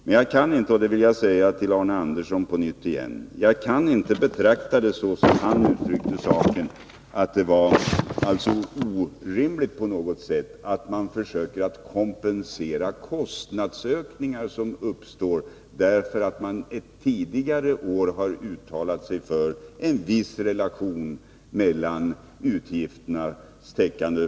Men jag vill på nytt säga till Arne Andersson i Ljung att jag inte kan betrakta det som på något sätt orimligt att man försöker kompensera kostnadsökningar som uppstått, därför att man ett tidigare år har uttalat sig för en viss relation när det gäller utgifternas täckande.